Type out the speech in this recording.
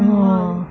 oh